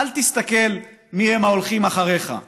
אל תסתכל מי הם ההולכים אחריך,